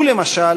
הוא, למשל,